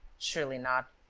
surely not.